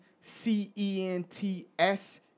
C-E-N-T-S